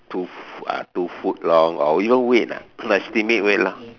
two uh two foot long or even weight estimate weight lah